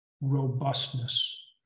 robustness